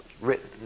written